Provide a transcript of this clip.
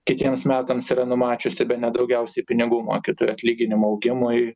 kitiems metams yra numačiusi bene daugiausiai pinigų mokytojų atlyginimų augimui